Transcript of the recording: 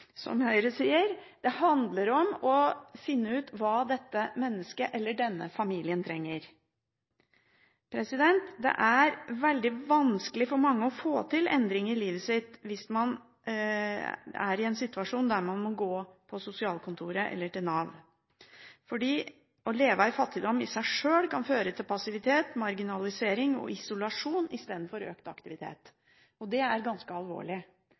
som Høyre sier – det handler om å finne ut hva dette mennesket eller denne familien trenger. Det er veldig vanskelig for mange å få til endring i livet sitt hvis man er i en situasjon der man må gå på sosialkontoret eller til Nav. Å leve i fattigdom i seg sjøl kan føre til passivitet, marginalisering og isolasjon istedenfor økt aktivitet, og det er ganske alvorlig.